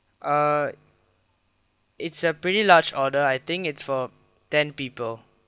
uh it's a pretty large order I think it's for ten people